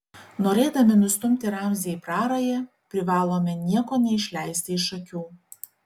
norėdami nustumti ramzį į prarają privalome nieko neišleisti iš akių